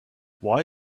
why